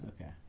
Okay